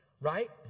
right